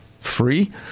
free